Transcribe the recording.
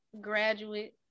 graduate